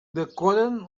decoren